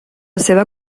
seva